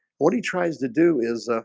what he tries to do is